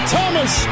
Thomas